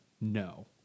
no